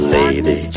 Lady